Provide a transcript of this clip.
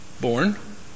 born